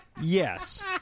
Yes